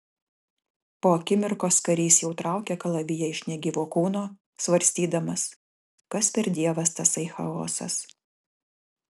po akimirkos karys jau traukė kalaviją iš negyvo kūno svarstydamas kas per dievas tasai chaosas